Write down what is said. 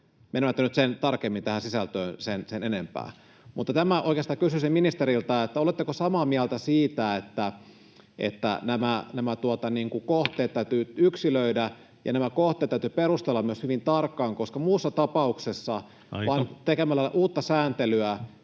menemättä nyt sen tarkemmin tähän sisältöön sen enempää. Oikeastaan kysyisin ministeriltä: oletteko samaa mieltä siitä, että nämä kohteet täytyy yksilöidä ja nämä kohteet täytyy perustella myös hyvin tarkkaan, koska muussa tapauksessa [Puhemies: Aika!] tekemällä uutta sääntelyä